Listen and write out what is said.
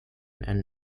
and